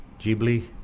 Ghibli